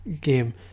game